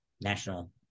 national